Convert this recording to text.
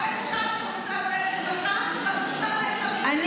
לכבד נשים --- באמת,